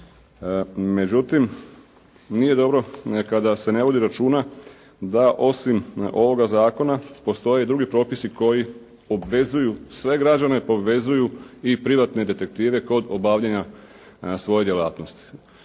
Međutim nije dobro ni kada se ne vodi računa da osim ovoga zakona postoje i drugi propisi koji obvezuju sve građane, obvezuju i privatne detektive kod obavljanja svoje djelatnosti.